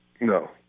No